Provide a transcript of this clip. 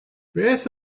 beth